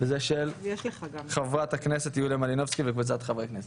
וזה של חברת הכנסת יוליה מלינובסקי וקבוצת חברי הכנסת.